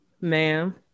ma'am